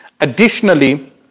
Additionally